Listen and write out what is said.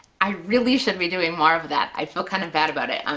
i really should be doing more of that, i feel kind of bad about it.